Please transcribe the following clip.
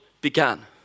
began